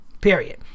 period